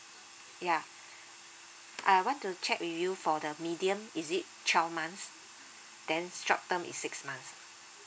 yeah I want to check with you for the medium is it twelve months then short term is six months ah